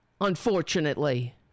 unfortunately